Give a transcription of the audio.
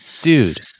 dude